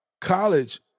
College